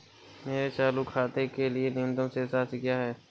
मेरे चालू खाते के लिए न्यूनतम शेष राशि क्या है?